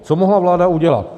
Co mohla vláda udělat?